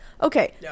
Okay